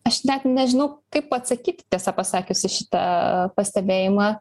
aš net nežinau kaip atsakyti tiesą pasakius į šitą pastebėjimą